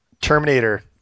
Terminator